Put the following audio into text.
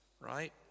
right